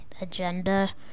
agenda